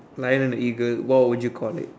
lion and eagle what would you call it